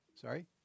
Sorry